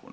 kuna.